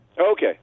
Okay